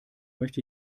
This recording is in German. möchte